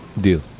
Deal